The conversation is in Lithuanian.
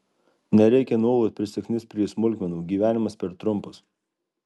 nereikia nuolat prisiknist prie smulkmenų gyvenimas per trumpas